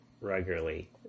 regularly